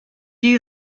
you